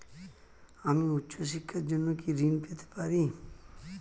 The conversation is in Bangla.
আমি উচ্চশিক্ষার জন্য কি ঋণ পেতে পারি?